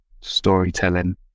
storytelling